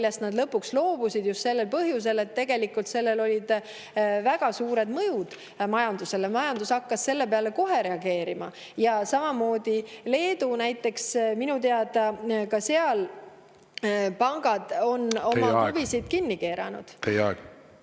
millest nad lõpuks loobusid, just sellel põhjusel, et sellel olid väga suured mõjud majandusele. Majandus hakkas sellele kohe reageerima. Samamoodi Leedu näiteks. Minu teada on ka seal pangad oma kruvisid kinni keeranud. Teie aeg!